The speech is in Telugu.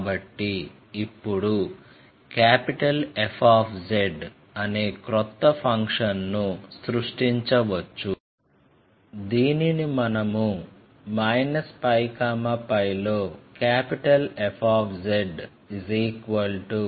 కాబట్టి ఇప్పుడు F అనే క్రొత్త ఫంక్షన్ను సృష్టించవచ్చు దీనిని మనము ππ లో Fz flz గా నిర్వచించవచ్చు